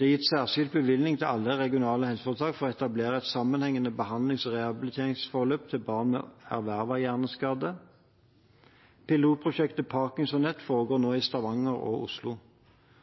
Det er gitt særskilt bevilgning til alle regionale helseforetak for å etablere et sammenhengende behandlings- og rehabiliteringsforløp til barn med ervervet hjerneskade. Pilotprosjektet ParkinsonNet foregår nå i Stavanger og Oslo.